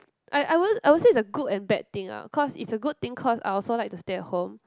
I I would I would say the good and bad thing ah cause it's a good thing cause I also like to stay at home